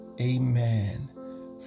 Amen